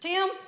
Tim